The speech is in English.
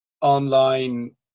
online